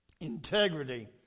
integrity